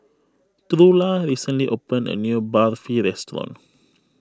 Trula recently opened a new Barfi restaurant